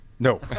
No